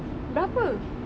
bera